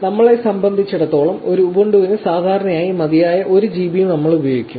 നമ്മളെ സംബന്ധിച്ചിടത്തോളം ഒരു ഉബുണ്ടുവിന് സാധാരണയായി മതിയായ 1 GB നമ്മൾ ഉപയോഗിക്കും